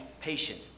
patient